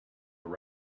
were